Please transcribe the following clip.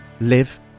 live